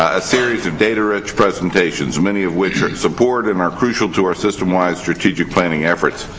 a series of data rich presentations. many of which are support and are crucial to our system-wide strategic planning efforts.